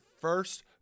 first